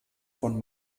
von